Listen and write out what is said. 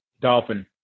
dolphin